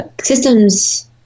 systems